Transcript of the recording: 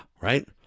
right